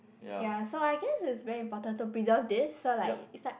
ya so I guess it's very important to preserve this so like it's like